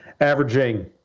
averaging